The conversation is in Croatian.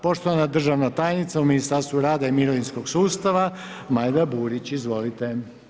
Poštovana državna tajnica u Ministarstvu rada i mirovinskog sustava Majda Burić, izvolite.